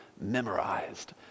memorized